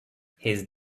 his